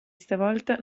stavolta